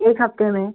एक हफ़्ते में